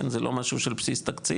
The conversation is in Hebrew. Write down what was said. כן זה לא משהו של בסיס תקציב,